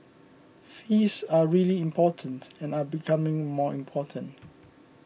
fees are really important and are becoming more important